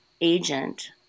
agent